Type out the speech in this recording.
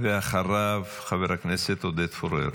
אחריו, חבר הכנסת עודד פורר.